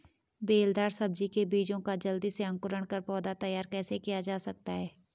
बेलदार सब्जी के बीजों का जल्दी से अंकुरण कर पौधा तैयार कैसे किया जा सकता है?